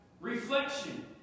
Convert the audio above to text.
reflection